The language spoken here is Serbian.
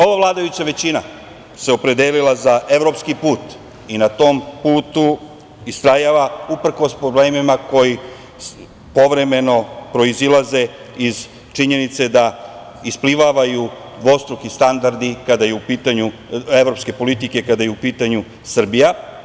Ova vladajuća većina se opredelila za evropski put i na tom putu istrajava uprkos problemima koji povremeno proizilaze iz činjenice da isplivavaju dvostruki standardi evropske politike, kada je u pitanju Srbija.